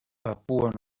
papua